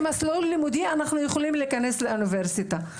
מסלול לימודי אנחנו יכולים להתקבל באוניברסיטה,